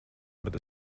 bet